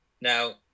Now